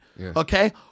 Okay